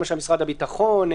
למשל משרד הביטחון?